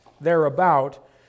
thereabout